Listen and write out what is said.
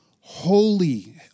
holy